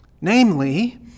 Namely